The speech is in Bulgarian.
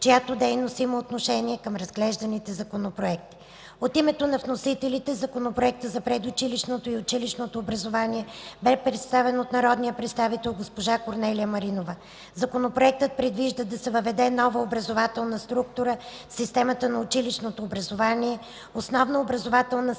чиято дейност има отношение към разглежданите законопроекти. От името на вносителите Законопроектът за предучилищното и училищното образование бе представен от народния представител госпожа Корнелия Маринова. Законопроектът предвижда да се въведе нова образователна структура в системата на училищното образование – основна образователна степен